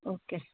okay